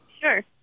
Sure